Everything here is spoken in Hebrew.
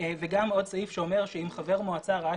וגם עוד סעיף שאומר שאם חבר מועצה ראה